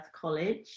College